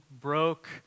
broke